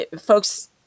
Folks